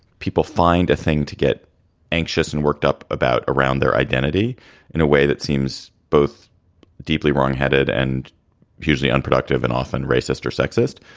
people find a thing to get anxious and worked up about around their identity in a way that seems both deeply wrongheaded and hugely unproductive and often racist or sexist